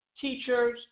teachers